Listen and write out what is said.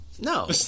No